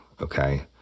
okay